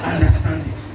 Understanding